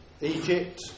Egypt